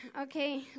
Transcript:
Okay